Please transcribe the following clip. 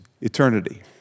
eternity